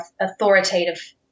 authoritative